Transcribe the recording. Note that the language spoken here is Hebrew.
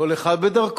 כל אחד בדרכו,